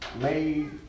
made